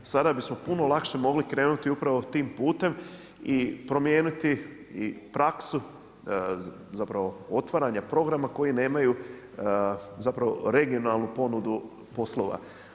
Sada bismo puno lakše mogli krenuti upravo tim putem i promijeniti praksu, zapravo otvaranja programa koji nemaju zapravo regionalnu ponudu poslova.